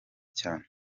cyane